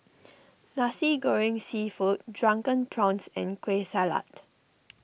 Nasi Goreng Seafood Drunken Prawns and Kueh Salat